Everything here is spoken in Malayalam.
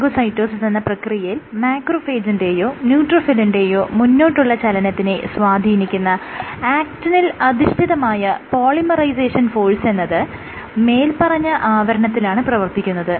ഫാഗോസൈറ്റോസിസ് എന്ന പ്രക്രിയയിൽ മാക്രോഫേജിന്റെയോ ന്യൂട്രോഫിലിന്റെയോ മുന്നോട്ടുള്ള ചലനത്തിനെ സ്വാധീനിക്കുന്ന ആക്ടിനിൽ അധിഷ്ഠിതമായ പോളിമറൈസേഷൻ ഫോഴ്സെന്നത് മേല്പറഞ്ഞ ആവരണത്തിലാണ് പ്രവർത്തിക്കുന്നത്